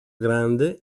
grande